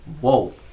Whoa